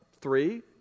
three